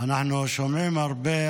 אנחנו שומעים הרבה,